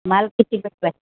माल किती पेटी पाहिजे